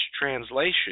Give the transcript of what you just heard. translation